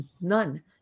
None